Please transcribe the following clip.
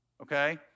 okay